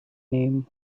name